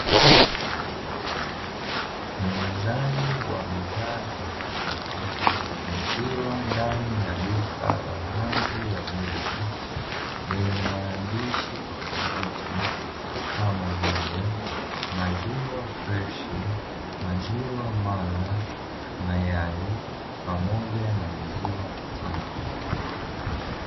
Muuzaji wa bidhaa za maziwa akiwa ndani ya duka la rangi ya bluu, lenye maandishi tofauti kama vile maziwa freshi, maziwa mala, mayai, pamoja na maziwa mtindi.